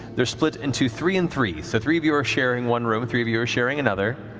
they're split into three and three, so three of you are sharing one room, three of you are sharing another.